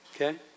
Okay